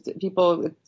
people